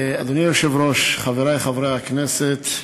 אדוני היושב-ראש, חברי חברי הכנסת,